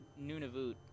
Nunavut